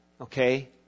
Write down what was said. okay